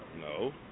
No